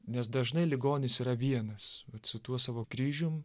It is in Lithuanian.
nes dažnai ligonis yra vienas vat su tuo savo kryžium